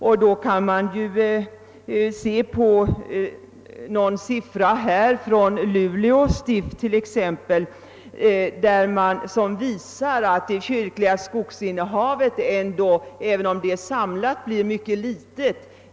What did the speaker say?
Om man ser på några siffror som gäller Luleå stift, visar de att det kyrkliga skogsinnehavet blir litet även om det är samlat i ett stift.